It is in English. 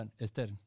Esther